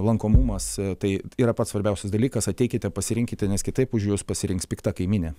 lankomumas tai yra pats svarbiausias dalykas ateikite pasirinkite nes kitaip už jus pasirinks pikta kaimynė